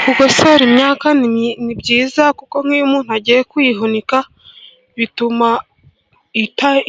Kugosora imyaka ni byiza, kuko nk'iyo umuntu agiye kuyihunika bituma